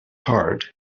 hard